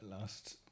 last